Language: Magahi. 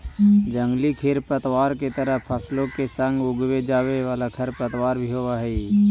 जंगली खेरपतवार के तरह फसलों के संग उगवे जावे वाला खेरपतवार भी होवे हई